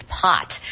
pot